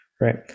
right